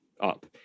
up